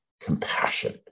compassion